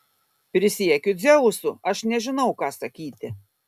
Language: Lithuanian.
prisiekiu dzeusu aš nežinau ką sakyti